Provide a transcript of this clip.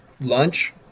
lunch